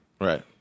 Right